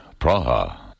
Praha